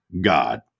God